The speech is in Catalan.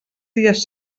dies